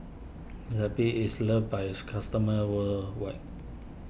Zappy is loved by its customers worldwide